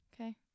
Okay